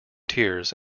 tears